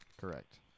Correct